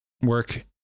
work